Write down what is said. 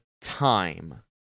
time